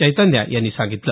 चैतन्या यांनी सांगितलं